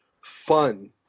fun